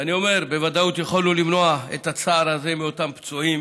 ואני אומר: בוודאות יכולנו למנוע את הצער הזה מאותם פצועים